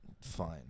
fine